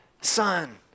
son